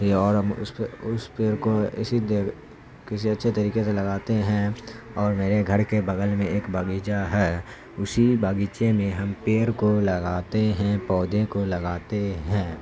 رہی اور ہم اس پہ اس پیڑ کو اسی دیکھ کسی اچھے طریقے سے لگاتے ہیں اور میرے گھر کے بغل میں ایک باغیچہ ہے اسی باغیچے میں ہم پیڑ کو لگاتے ہیں پودے کو لگاتے ہیں